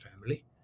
family